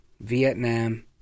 Vietnam